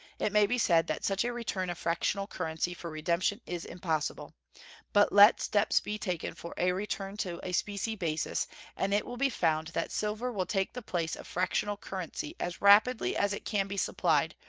it may be said that such a return of fractional currency for redemption is impossible but let steps be taken for a return to a specie basis and it will be found that silver will take the place of fractional currency as rapidly as it can be supplied,